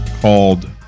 called